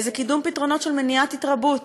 זה קידום פתרונות של מניעת התרבות,